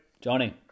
Johnny